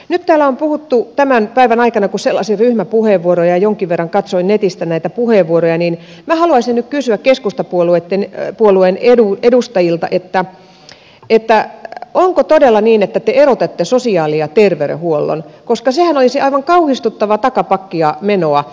nyt täällä on puhuttu tämän päivän aikana ja kun selasin ryhmäpuheenvuoroja ja jonkin verran katsoin netistä näitä puheenvuoroja niin minä haluaisin nyt kysyä keskustapuolueen edustajilta onko todella niin että te erotatte sosiaali ja terveydenhuollon toisistaan koska sehän olisi aivan kauhistuttavaa takapakkia menoa